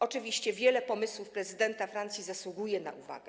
Oczywiście wiele pomysłów prezydenta Francji zasługuje na uwagę.